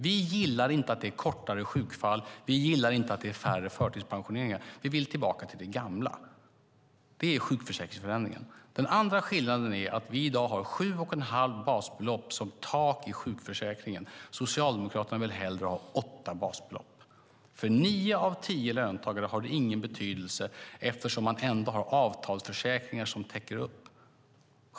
Vi gillar inte att det är kortare sjukfall, och vi gillar inte att det är färre förtidspensioneringar. Vi vill tillbaka till det gamla! Så borde ni säga. Detta är sjukförsäkringsförändringen. Den andra skillnaden är att vi i dag har sju och ett halvt basbelopp som tak i sjukförsäkringen. Socialdemokraterna vill hellre ha åtta basbelopp. För nio av tio löntagare har det ingen betydelse eftersom de ändå har avtalsförsäkringar som täcker upp.